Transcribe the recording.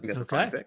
Okay